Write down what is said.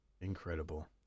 incredible